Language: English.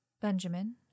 Benjamin